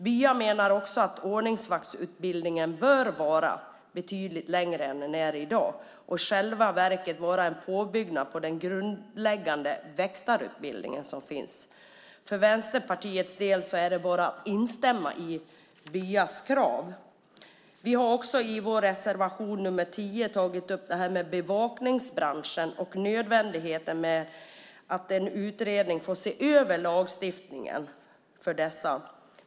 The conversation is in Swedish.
Bya menar också att ordningsvaktsutbildningen bör vara betydligt längre än den är i dag och i själva verket vara en påbyggnad på den grundläggande väktarutbildning som finns. Vi i Vänsterpartiet instämmer i Byas krav. I reservation nr 10 har vi också tagit upp bevakningsbranschen och nödvändigheten av att en utredning får se över lagstiftningen för denna.